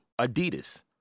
Adidas